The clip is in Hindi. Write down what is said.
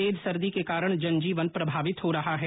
तेज सर्दी के कारण जनजीवन प्रभावित हो रहा है